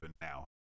now